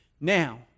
Now